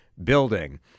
building